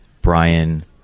Brian